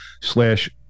slash